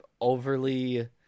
overly